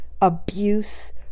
abuse